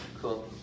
Cool